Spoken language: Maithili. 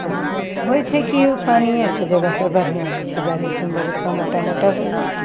होइ छै कि ओ पानिए आओरके जगहपर बढ़िआँ होइ छै जादे सुन्दर एतना मोटा मोटा होइ जाइ छै